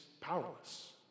powerless